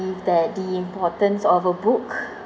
that the importance of a book